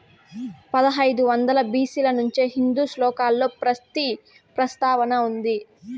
పదహైదు వందల బి.సి ల నుంచే హిందూ శ్లోకాలలో పత్తి ప్రస్తావన ఉంది